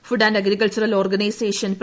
food and agricultural organization F